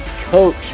coach